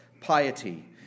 piety